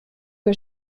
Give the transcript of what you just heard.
que